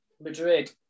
Madrid